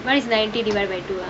what is ninty divide by two ah